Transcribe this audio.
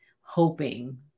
hoping